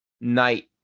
night